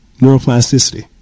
Neuroplasticity